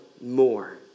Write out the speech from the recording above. more